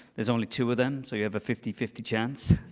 there's only two of them, so you have a fifty fifty chance.